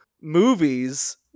movies